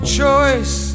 choice